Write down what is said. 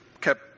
kept